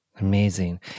Amazing